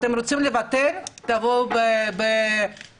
אתם רוצים לבטל תבואו עם פיצוי.